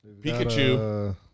Pikachu